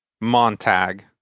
Montag